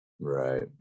Right